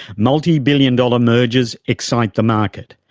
multibillion dollar mergers excite the market,